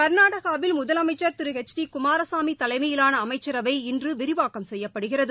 க்நாடகவில் முதலமைச்ச் Thiru H D Kumaraswamy தலைமையிவான அமைச்சரவை இன்று விரிவாக்கப்படுகிறது